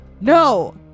No